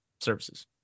services